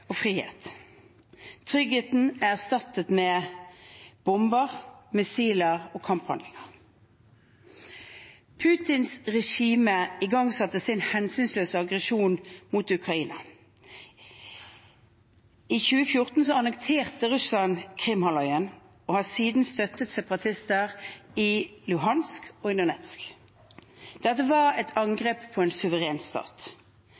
og frihet. Tryggheten er erstattet med bomber, missiler og kamphandlinger. Putins regime igangsatte sin hensynsløse aggresjon mot Ukraina. I 2014 annekterte Russland Krim-halvøya og har siden støttet separatister i Luhansk og Donetsk. Dette var et angrep på en suveren stat,